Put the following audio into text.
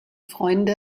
freunde